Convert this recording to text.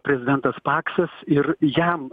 prezidentas paksas ir jam